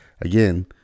Again